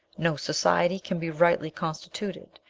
no society can be rightly constituted,